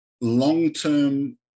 long-term